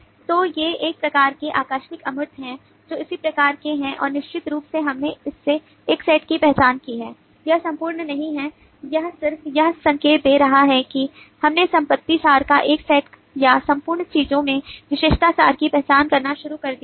तो ये एक प्रकार के आकस्मिक अमूर्त हैं जो उसी प्रकार के हैं और निश्चित रूप से हमने इसके एक सेट की पहचान की है यह संपूर्ण नहीं है यह सिर्फ यह संकेत दे रहा है कि हमने संपत्ति सार का एक सेट या संपूर्ण चीज़ों में विशेषता सार की पहचान करना शुरू कर दिया है